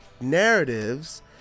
narratives